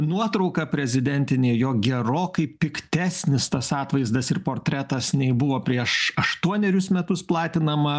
nuotrauka prezidentinė jo gerokai piktesnis tas atvaizdas ir portretas nei buvo prieš aštuonerius metus platinama